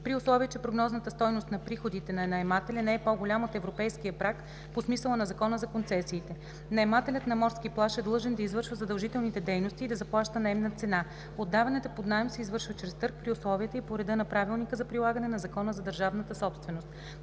при условие че прогнозната стойност на приходите на наемателя не е по-голяма от европейския праг по смисъла на Закона за концесиите. Наемателят на морски плаж е длъжен да извършва задължителните дейности и да заплаща наемна цена. Отдаването под наем се извършва чрез търг при условията и по реда на Правилника за прилагане на Закона за държавната собственост.“;